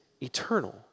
eternal